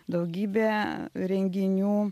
daugybė renginių